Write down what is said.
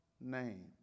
name